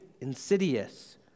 insidious